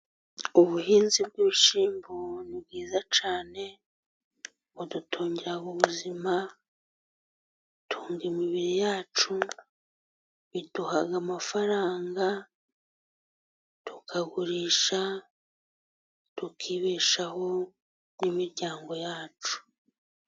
Ubuhinzi bw'ibishyimbo ni bwiza cyane, budutungira ubuzima butunga imibiri yacu biduha amafaranga, tukagurisha tukibeshaho n'imiryango yacu.